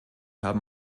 haben